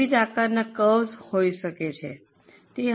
વિવિધ આકારના કરવસ હોઈ શકે છે તે હંમેશા સ્ટ્રેઈટ લાઈન હોતી નથી